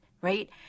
right